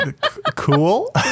Cool